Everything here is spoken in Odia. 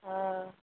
ହଁ